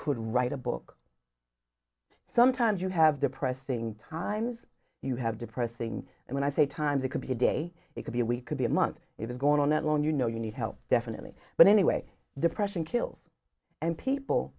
could write a book sometimes you have the pressing times you have depressing and when i say times it could be a day it could be a we could be a month it was going on that long you know you need help definitely but anyway depression kills and people